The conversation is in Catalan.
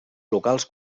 locals